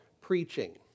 preaching